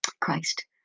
Christ